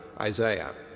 Isaiah